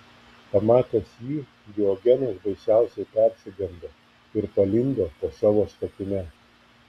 pamatęs jį diogenas baisiausiai persigando ir palindo po savo statine